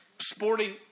sporting